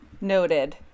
Noted